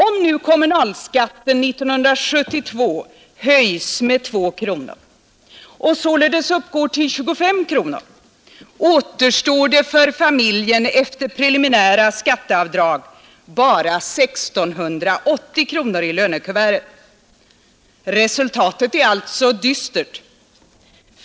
Om nu kommunalskatten höjs 1972 med 2 kronor och således uppgår till 25 kronor, återstår för familjen efter preliminära skatteavdrag bara 1 680 kronor i lönekuvertet. Resultatet är alltså mycket dystert.